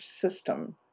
system